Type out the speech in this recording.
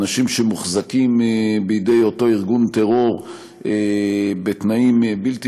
אנשים שמוחזקים בידי אותו ארגון טרור בתנאים בלתי